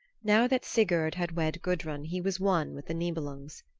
now that sigurd had wed gudrun he was one with the nibelungs.